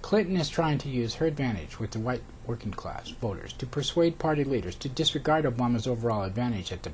clinton is trying to use her advantage with the white working class voters to persuade party leaders to disregard of one's overall advantage at the